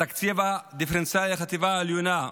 בתקציב הדיפרנציאלי לחטיבה העליונה,